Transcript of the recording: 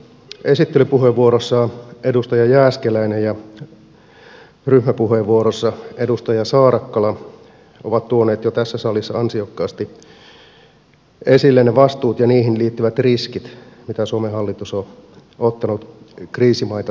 esittelypuheenvuorossa edustaja jääskeläinen ja ryhmäpuheenvuorossa edustaja saarakkala ovat tuoneet jo tässä salissa ansiokkaasti esille ne vastuut ja niihin liittyvät riskit mitä suomen hallitus on ottanut kriisimaita tukiessaan